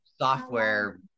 software